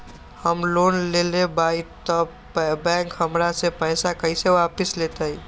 हम लोन लेलेबाई तब बैंक हमरा से पैसा कइसे वापिस लेतई?